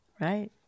right